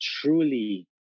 truly